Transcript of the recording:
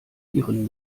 ihren